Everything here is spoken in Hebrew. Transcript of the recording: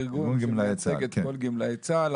ארגון שמייצג את כל גמלאי צה"ל.